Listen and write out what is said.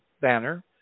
banner